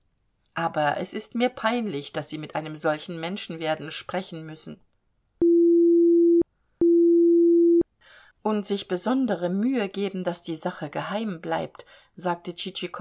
aber es ist mir peinlich daß sie mit einem solchen menschen werden sprechen müssen und sich besondere mühe geben daß die sache geheimbleibt sagte